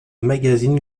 magazines